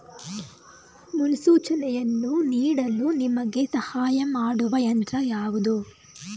ಮುನ್ಸೂಚನೆಯನ್ನು ನೀಡಲು ನಿಮಗೆ ಸಹಾಯ ಮಾಡುವ ಯಂತ್ರ ಯಾವುದು?